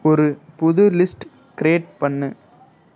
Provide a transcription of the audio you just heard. ஒரு புது list create பண்ணு